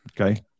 Okay